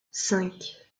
cinq